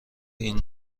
این